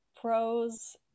Pros